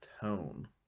tone